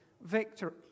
victory